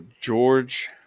George